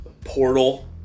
portal